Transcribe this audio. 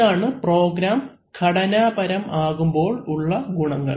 ഇതാണ് പ്രോഗ്രാം ഘടനപരം ആകുമ്പോൾ ഉള്ള ഗുണങ്ങൾ